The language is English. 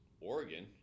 Oregon